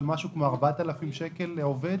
משהו כמו 4,000 שקל לעובד